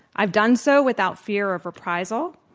i've done so without fear of reprisal,